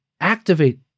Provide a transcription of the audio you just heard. Activate